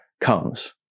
comes